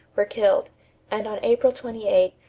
were killed and on april twenty eight,